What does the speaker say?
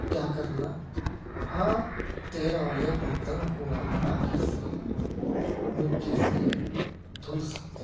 کیا کرنا ہاں تیل والے برتن کو ہم راکھی سے مٹی سے دھل سکتے ہیں